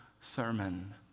sermon